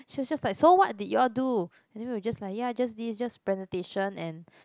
she was just like so what did you all do and then we were just like ya just this just presentation and